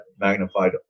magnified